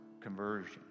conversion